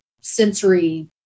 sensory